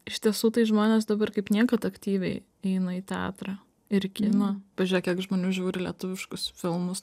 iš tiesų tai žmonės dabar kaip niekad aktyviai eina į teatrą ir į kiną pažiūrėk kiek žmonių žiūri lietuviškus filmus